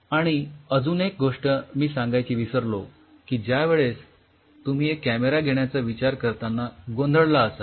आणि अजून एक गोष्ट मी सांगायची विसरलो की ज्यावेळेस तुम्ही एक कॅमेरा घेण्याचा विचार करत असतांना गोंधळला असाल